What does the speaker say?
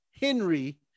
Henry